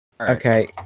Okay